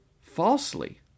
falsely